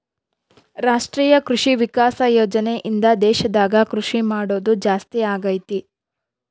ರಾಷ್ಟ್ರೀಯ ಕೃಷಿ ವಿಕಾಸ ಯೋಜನೆ ಇಂದ ದೇಶದಾಗ ಕೃಷಿ ಮಾಡೋದು ಜಾಸ್ತಿ ಅಗೈತಿ